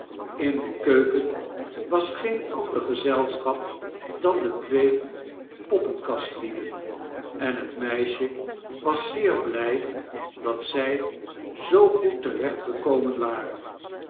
in de keuken was geen ander gezelschap dan de twee poppekastlieden en het meisje was zeer blijde dat zij zoo goed te recht gekomen waren